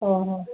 অঁ অঁ